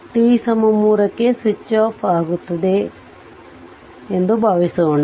t 3 ಕ್ಕೆ switch off ಆಗುತ್ತದೆ ಎಂದು ಭಾವಿಸೋಣ